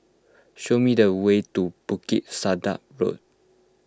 show me the way to Bukit Sedap Road